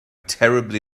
terribly